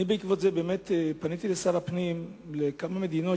אני בעקבות זה פניתי באמת לשר הפנים לגבי כמה מדינות